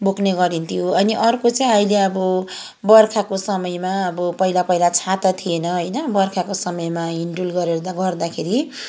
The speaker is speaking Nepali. बोक्ने गरिन्थ्यो अनि अर्को चाहिँ अहिले अब बर्खाको समयमा अब पहिला पहिला छाता थिएन होइन बर्खाको समयमा हिँडडुल गरेर गर्दाखेरि